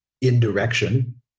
indirection